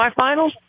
semifinals